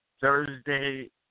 Thursday